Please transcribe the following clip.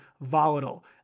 volatile